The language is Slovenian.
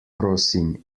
prosim